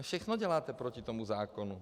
Všechno děláte proti tomu zákonu.